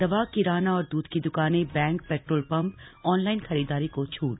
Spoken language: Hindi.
दवाए किराना और दूध की द्वानेंए बैंकए पेट्रोल पंप ऑनलाइन खरीददारी को छूट